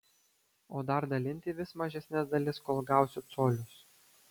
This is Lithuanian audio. o dar dalinti į vis mažesnes dalis kol gausiu colius